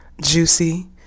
Juicy